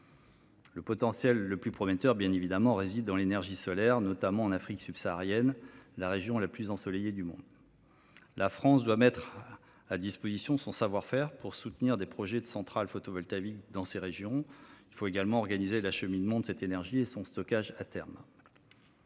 Le potentiel le plus prometteur réside bien entendu dans l’énergie solaire, notamment en Afrique subsaharienne, la région la plus ensoleillée au monde. La France doit mettre à disposition son savoir faire pour soutenir des projets de centrales photovoltaïques dans ces régions. Il faut également organiser l’acheminement de cette énergie et son stockage à terme.